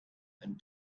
and